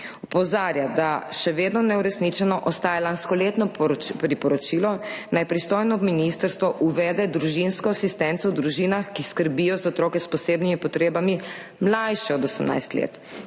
Opozarja, da še vedno ostaja neuresničeno lanskoletno priporočilo, naj pristojno ministrstvo uvede družinsko asistenco v družinah, ki skrbijo za otroke s posebnimi potrebami, mlajše od 18 let,